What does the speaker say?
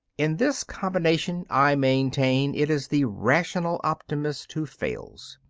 in this combination, i maintain, it is the rational optimist who fails,